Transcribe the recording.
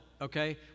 okay